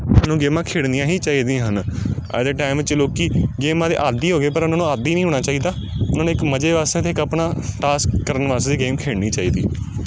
ਤੁਹਾਨੂੰ ਗੇਮਾਂ ਖੇਡਣੀਆਂ ਹੀ ਚਾਹੀਦੀਆਂ ਹਨ ਅੱਜ ਦੇ ਟਾਈਮ 'ਚ ਲੋਕ ਗੇਮਾਂ ਦੇ ਆਦੀ ਹੋ ਗਏ ਪਰ ਉਹਨਾਂ ਨੂੰ ਆਦੀ ਨਹੀਂ ਹੋਣਾ ਚਾਹੀਦਾ ਉਹਨਾਂ ਨੂੰ ਇੱਕ ਮਜ਼ੇ ਵਾਸਤੇ ਅਤੇ ਇੱਕ ਆਪਣਾ ਟਾਸਕ ਕਰਨ ਵਾਸਤੇ ਗੇਮ ਖੇਡਣੀ ਚਾਹੀਦੀ